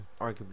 Arguably